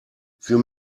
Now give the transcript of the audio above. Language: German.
wir